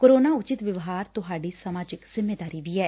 corona ਉਚਿਤ ਵਿਵਹਾਰ ਤੁਹਾਡੀ ਸਮਾਜਿਕ ਜਿੰਮੇਦਾਰੀ ਵੀ ਐ